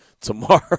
tomorrow